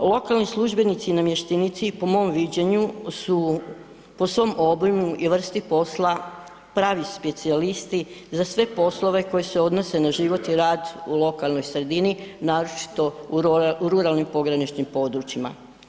Lokalni službenici i namještenici po mom viđenju su po svom obimu i vrsti posla pravi specijalisti za sve poslove koji se odnose na život i rad u lokalnoj sredini, naročito u ruralnim pograničnim područjima.